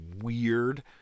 weird